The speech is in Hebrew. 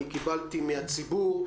אני קיבלתי מהציבור.